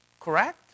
Correct